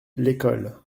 l’école